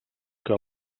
que